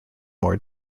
more